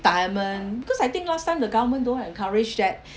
retirement because I think last time the government don't encourage that